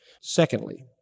Secondly